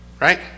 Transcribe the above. Right